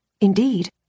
Indeed